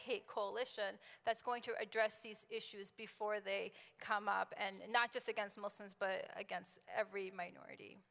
hate coalition that's going to address these issues before they come up and not just against muslims but against every minority